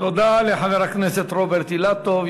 תודה לחבר הכנסת רוברט אילטוב.